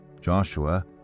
Joshua